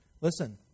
listen